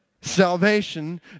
salvation